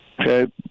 Okay